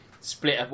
split